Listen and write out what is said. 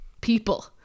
people